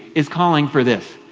is calling for this.